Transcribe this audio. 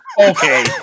Okay